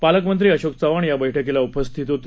पालकमंत्री अशोक चव्हाण या बैठकीला उपस्थित होते